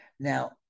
Now